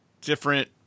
different